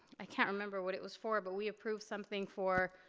i can't remember what it was for, but we approved something for,